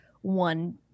one